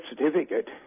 certificate